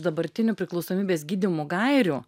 dabartinių priklausomybės gydymo gairių